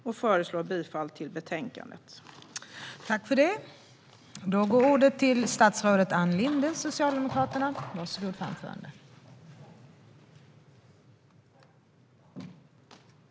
Jag yrkar bifall till utskottets förslag.